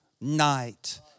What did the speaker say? night